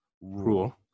rule